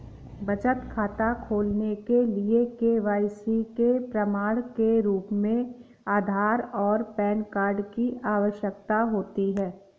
बचत खाता खोलने के लिए के.वाई.सी के प्रमाण के रूप में आधार और पैन कार्ड की आवश्यकता होती है